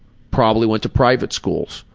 probably went to private schools.